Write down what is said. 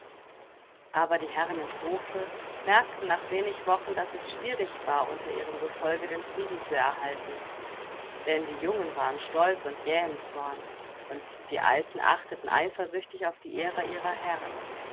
aber die herren im hofe merkten nach wenig wochen daß es schwierig war unter ihrem gefolge den frieden zu erhalten denn die jungen waren stolz und jäh im zorn und die alten achteten eifersüchtig auf die ehre ihrer herren